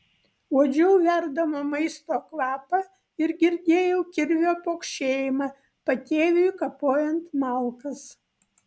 uodžiau verdamo maisto kvapą ir girdėjau kirvio pokšėjimą patėviui kapojant malkas